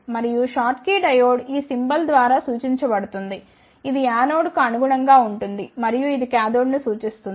మరియు Schottky diode ఈ symbol ద్వారా సూచించబడుతుంది ఇది యానోడ్కు అనుగుణంగా ఉంటుంది మరియు ఇది కాథోడ్ను సూచిస్తుంది